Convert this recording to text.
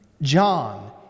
John